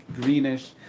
greenish